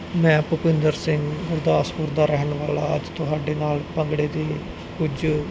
ਮੈਂ ਭੁਪਿੰਦਰ ਸਿੰਘ ਗੁਰਦਾਸਪੁਰ ਦਾ ਰਹਿਣ ਵਾਲਾ ਅੱਜ ਤੁਹਾਡੇ ਨਾਲ ਭੰਗੜੇ ਦੀ ਕੁਝ